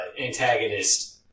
antagonist